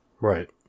Right